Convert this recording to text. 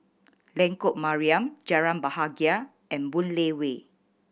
Lengkok Mariam Jalan Bahagia and Boon Lay Way